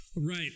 Right